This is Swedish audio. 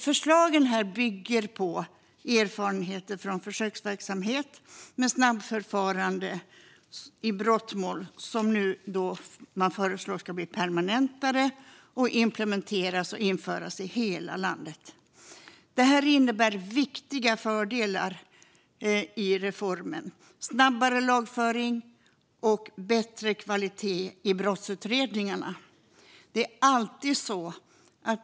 Förslagen bygger på erfarenheter från försöksverksamhet med snabbförfarande i brottmål som man nu föreslår ska permanentas och implementeras i hela landet. Reformen innebär viktiga fördelar, som snabbare lagföring och bättre kvalitet i brottsutredningarna.